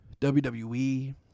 WWE